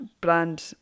brand